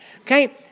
Okay